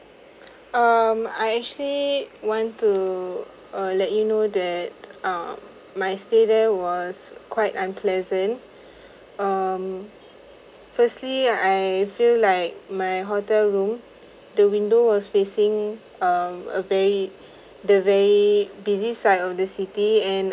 um I actually want to uh let you know that um my stay there was quite unpleasant um firstly I feel like my hotel room the window was facing um a very the very busy side of the city and